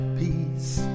peace